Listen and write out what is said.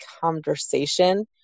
conversation